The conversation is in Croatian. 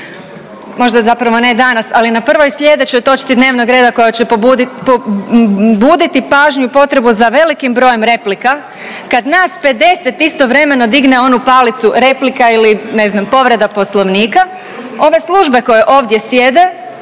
možda zapravo ne danas, ali na prvoj slijedećoj točci dnevnog reda koja će pobuditi pažnju i potrebu za velikim brojem replika kad nas 50 istovremeno digne onu palicu replika ili ne znam povreda Poslovnika, ove službe koje ovdje sjede